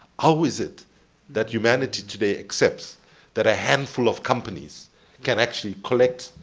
how is it that humanity today accepts that a handful of companies can actually collect,